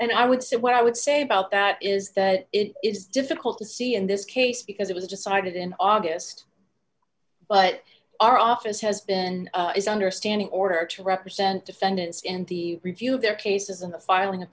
and i would say what i would say about that is that it is difficult to see in this case because it was decided in august but our office has been understanding order to represent defendants in the review of their cases on the filing